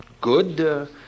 good